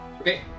Okay